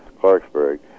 Clarksburg